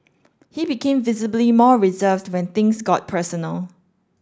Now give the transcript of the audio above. he became visibly more reserved when things got personal